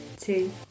two